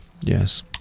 Yes